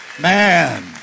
Man